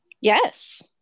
Yes